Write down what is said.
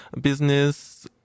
business